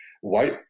White